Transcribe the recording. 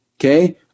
Okay